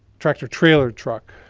tractor trailer truck.